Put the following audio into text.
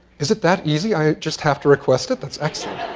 is it that easy? i just have to request it? that's excellent.